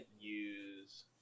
use